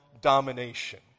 domination